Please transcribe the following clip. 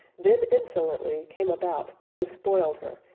then insolently came-about, despoiled her,